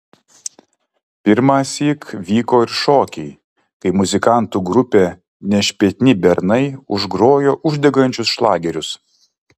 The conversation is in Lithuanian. pirmąsyk vyko ir šokiai kai muzikantų grupė nešpėtni bernai užgrojo uždegančius šlagerius